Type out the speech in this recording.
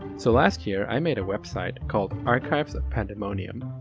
so last year, i made a website called archives of pandemonium,